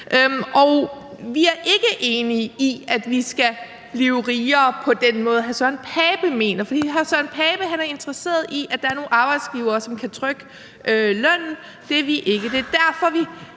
Vi er ikke enige i, at vi skal blive rigere på den måde, som hr. Søren Pape Poulsen mener, for hr. Søren Pape Poulsen er interesseret i, at der er nogle arbejdsgivere, som kan trykke lønnen – det er vi ikke.